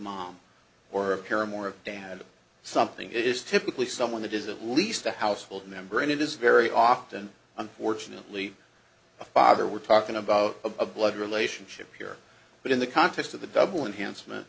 mom or care more of a dad something is typically someone that is at least a household member and it is very often unfortunately a father we're talking about a blood relationship here but in the context of the double enhancement